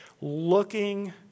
looking